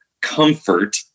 comfort